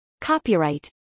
Copyright